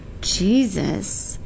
Jesus